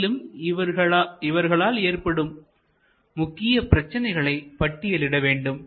மேலும் இவர்களால் ஏற்படும் முக்கிய பிரச்சனைகளை பட்டியலிட வேண்டும்